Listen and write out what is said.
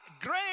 great